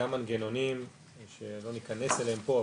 גם מנגנונים שלא ניכנס אליהם פה,